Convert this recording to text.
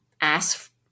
ask